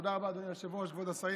תודה רבה אדוני היושב-ראש, כבוד השרים.